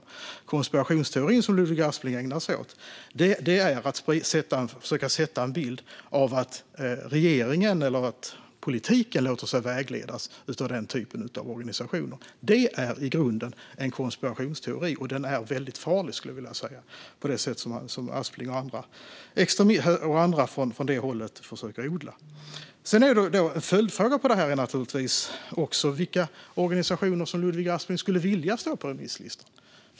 Den konspirationsteori som Ludvig Aspling ägnar sig åt handlar om att försöka skapa en bild av att regeringen eller politiken låter sig vägledas av den typen av organisationer. Det är i grunden en konspirationsteori som Ludvig Aspling och andra från det hållet försöker odla, och den är väldigt farlig. En följdfråga blir naturligtvis vilka organisationer som Ludvig Aspling vill ska stå med på remisslistan.